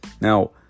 Now